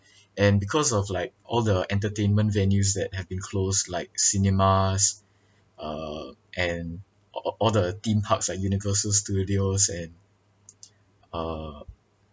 and because of like all the entertainment venues that have been closed like cinemas uh and a~ a~ all the theme parks like universal studios and uh